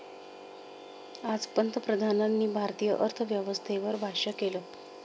आज पंतप्रधानांनी भारतीय अर्थव्यवस्थेवर भाष्य केलं